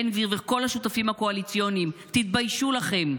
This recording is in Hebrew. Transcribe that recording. בן גביר וכל השותפים הקואליציוניים, תתביישו לכם.